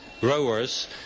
growers